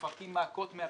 שמפרקים מעקות מהפיגום.